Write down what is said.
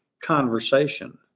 conversation